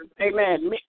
Amen